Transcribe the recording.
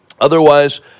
Otherwise